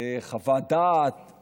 של